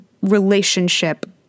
relationship